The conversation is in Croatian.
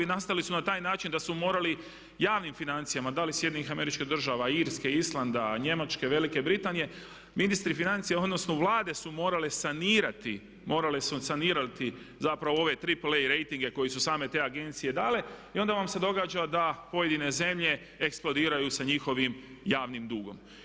Nastali su na taj način da su morali javnim financijama, da li SAD-a, Irske, Islanda, Njemačke, Velike Britanije ministri financija odnosno vlade su morale sanirati zapravo ove tripple A rejtinge koje su same te agencije dale i onda vam se događa da pojedine zemlje eksplodiraju sa njihovim javnim dugom.